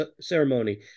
ceremony